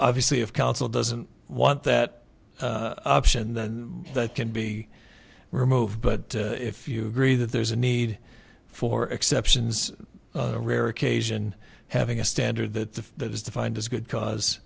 obviously of council doesn't want that option then that can be removed but if you agree that there's a need for exceptions rare occasion having a standard that the that is defined as good